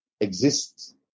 exists